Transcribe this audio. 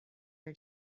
her